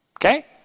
Okay